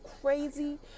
crazy